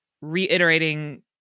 reiterating